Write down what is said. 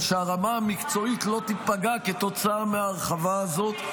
שהרמה המקצועית לא תיפגע כתוצאה מההרחבה הזאת.